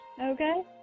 Okay